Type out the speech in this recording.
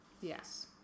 Yes